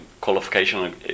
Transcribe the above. qualification